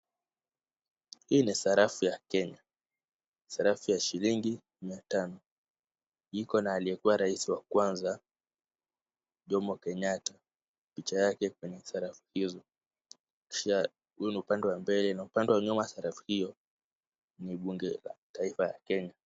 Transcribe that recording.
Hii ni sarafu ya Kenya, sarafu ya shilingi mia tano. Iko na aliyekuwa raisi wa kwanza Jomo Kenyatta. Picha yake kwenye sarafu hizo. Huu ni upande wa mbele na upande wa nyuma wa sarafu hiyo ni bunge la taifa la Kenya.